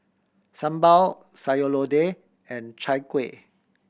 sambal Sayur Lodeh and Chai Kuih